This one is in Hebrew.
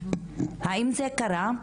האם זה קרה?